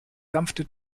sanfte